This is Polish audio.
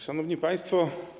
Szanowni Państwo!